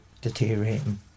deteriorating